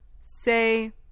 Say